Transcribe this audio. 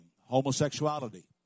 homosexuality